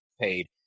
paid